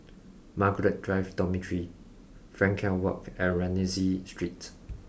Margaret Drive Dormitory Frankel Walk and Rienzi Street